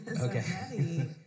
Okay